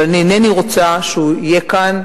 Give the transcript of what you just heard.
אבל אני אינני רוצה שהוא יהיה כאן.